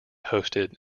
hosted